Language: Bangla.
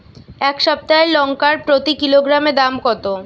এই সপ্তাহের লঙ্কার প্রতি কিলোগ্রামে দাম কত?